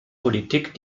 politik